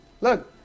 Look